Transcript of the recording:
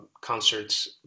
concerts